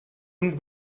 und